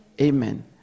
Amen